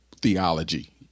theology